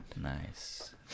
Nice